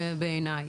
בעיניי,